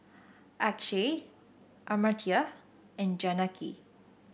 Akshay Amartya and Janaki